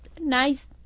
nice